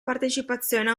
partecipazione